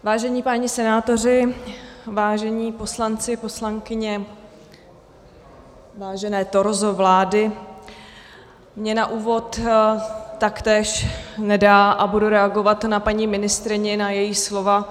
Vážení páni senátoři, vážení poslanci, poslankyně, vážené torzo vlády, mně na úvod taktéž nedá a budu reagovat na paní ministryni, na její slova.